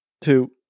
two